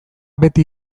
beti